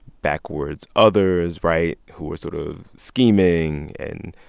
backwards others right? who are sort of scheming and,